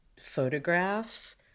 photograph